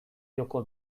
joko